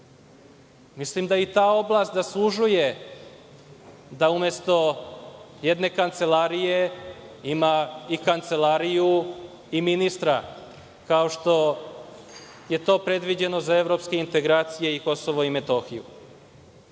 Mislim da i ta oblast zaslužuje da umesto jedne Kancelarije ima i Kancelariju i ministra, kao što je to predviđeno za evropske integracije i KiM.Kada govorimo